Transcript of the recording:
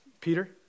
Peter